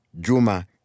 Juma